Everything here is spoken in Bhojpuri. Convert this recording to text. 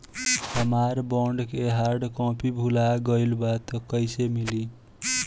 हमार बॉन्ड के हार्ड कॉपी भुला गएलबा त कैसे मिली?